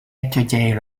étudier